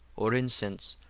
or incense,